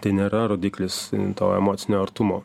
tai nėra rodiklis to emocinio artumo